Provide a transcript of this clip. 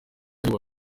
aribo